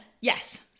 Yes